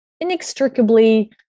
inextricably